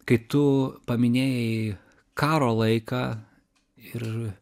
kai tu paminėjai karo laiką ir